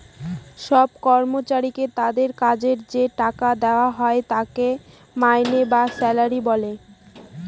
সব কর্মচারীকে তাদের কাজের যে টাকা দেওয়া হয় তাকে মাইনে বা স্যালারি বলে